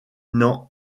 n’en